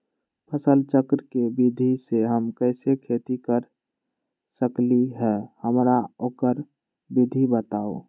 फसल चक्र के विधि से हम कैसे खेती कर सकलि ह हमरा ओकर विधि बताउ?